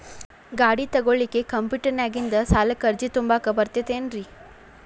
ಗಾಡಿ ತೊಗೋಳಿಕ್ಕೆ ಕಂಪ್ಯೂಟೆರ್ನ್ಯಾಗಿಂದ ಸಾಲಕ್ಕ್ ಅರ್ಜಿ ತುಂಬಾಕ ಬರತೈತೇನ್ರೇ?